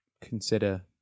consider